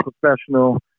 professional